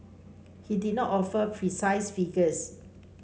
he did not offer precise figures